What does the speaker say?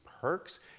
perks